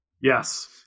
Yes